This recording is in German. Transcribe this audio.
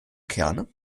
kerne